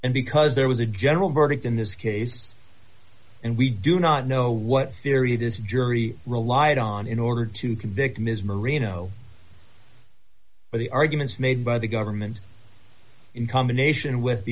and because there was a general verdict in this case and we do not know what theory this jury relied on in order to convict ms marino but the arguments made by the government in combination with the